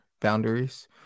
boundaries